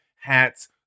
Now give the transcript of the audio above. hats